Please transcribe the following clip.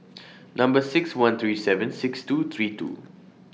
Number six one three seven six two three two